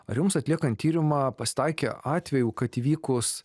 ar jums atliekant tyrimą pasitaikė atvejų kad įvykus